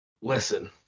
Listen